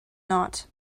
not